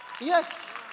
Yes